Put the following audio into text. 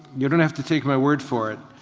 you don't have to take my word for it.